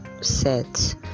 set